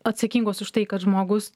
atsakingos už tai kad žmogus